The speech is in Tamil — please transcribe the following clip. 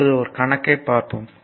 இப்போது ஒரு கணக்கை பார்ப்போம்